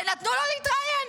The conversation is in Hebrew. -- ונתנו לו להתראיין,